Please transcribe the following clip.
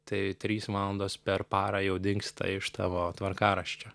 tai trys valandos per parą jau dingsta iš tavo tvarkaraščio